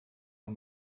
yng